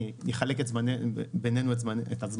נחלק בינינו את הזמן.